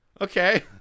Okay